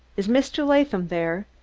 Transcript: is mr. latham there.